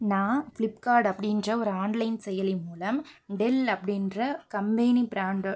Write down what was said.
நான் ஃபிளிப்கார்ட் அப்படின்ற ஒரு ஆன்லைன் செயலி மூலம் டெல் அப்படின்ற கம்பெனி பிராண்டோ